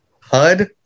HUD